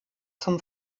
zum